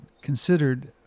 considered